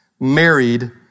married